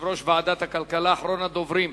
יושב-ראש ועדת הכלכלה ואחרון הדוברים.